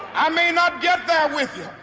i may not get there with